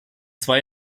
zwei